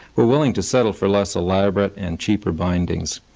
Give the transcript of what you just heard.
were willing to settle for less elaborate and cheaper bindings.